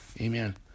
Amen